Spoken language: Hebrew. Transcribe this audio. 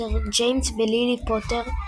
ג'יימס ולילי פוטר,